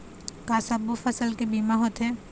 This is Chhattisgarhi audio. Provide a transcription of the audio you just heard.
का सब्बो फसल के बीमा होथे?